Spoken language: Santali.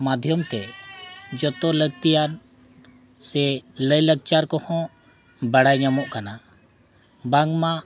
ᱢᱟᱫᱽᱫᱷᱚᱢ ᱛᱮ ᱡᱚᱛᱚ ᱞᱟᱹᱠᱛᱤᱭᱟᱱ ᱥᱮ ᱞᱟᱹᱭ ᱞᱟᱠᱪᱟᱨ ᱠᱚᱦᱚᱸ ᱵᱟᱲᱟᱭ ᱧᱟᱢᱚᱜ ᱠᱟᱱᱟ ᱵᱟᱝᱢᱟ